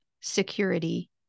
security